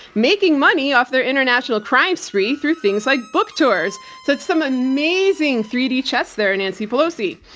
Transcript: making money off their international crime spree through things like book tours. so it's some amazing three d chess there, nancy pelosi.